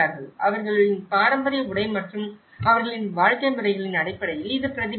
அவர்களின் பாரம்பரிய உடை மற்றும் அவர்களின் வாழ்க்கை முறைகளின் அடிப்படையில் இது பிரதிபலிக்கிறது